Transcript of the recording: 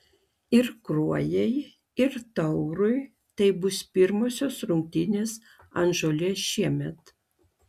ir kruojai ir taurui tai bus pirmosios rungtynės ant žolės šiemet